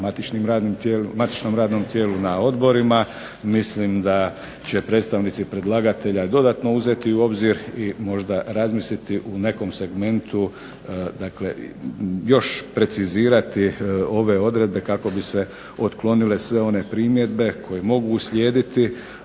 matičnom radnom tijelu, na odborima mislim da će predstavnici predlagatelja dodatno uzeti u obzir i možda razmisliti u nekom segmentu, dakle još precizirati ove odredbe kako bi se otklonile sve one primjedbe koje mogu uslijediti,